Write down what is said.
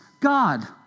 God